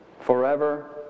forever